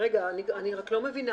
אני לא מבינה